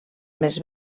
més